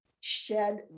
shed